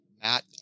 Matt